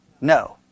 No